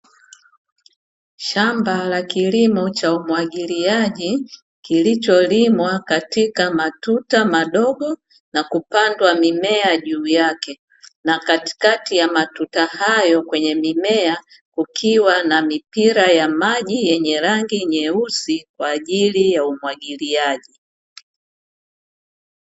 Shamba la kilimo cha umwagiliaji kilicho limwa katika matuta madogo na kupandwa mimea juu yake na katikati ya matuta hayo kwenye mimea kukiwa na mipira ya maji yenye rangi nyeusi kwa ajili ya umwagiliaji.